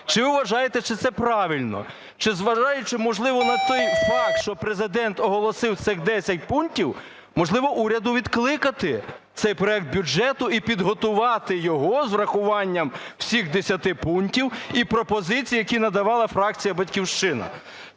Чи ви вважаєте, що це правильно? Чи зважаючи, можливо, на той факт, що Президент оголосив цих десять пунктів, можливо, уряду відкликати цей проект бюджету і підготувати його з врахуванням всіх десяти пунктів і пропозицій, які надавала фракція "Батьківщина"?